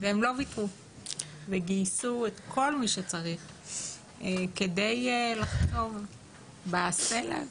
אבל הם לא ויתרו וגייסו את כל מי שצריך כדי לחצוב בסלע הזה.